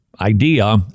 Idea